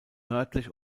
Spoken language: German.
nördlich